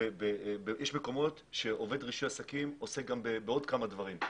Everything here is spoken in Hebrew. יש מקומות שעובד רישוי עסקים עוסק בעוד כמה דברים.